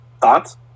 Thoughts